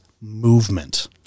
movement